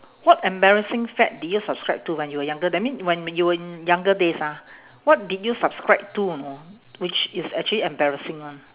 what embarrassing fad did you subscribe to when you were younger that mean when you were in younger days ah what did you subscribe to you know which is actually embarrassing [one]